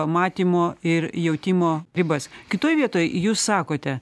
matymo ir jautimo ribas kitoj vietoj jūs sakote